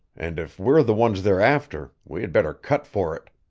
and if we're the ones they're after we had better cut for it.